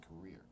career